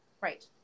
Right